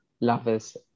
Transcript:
lovers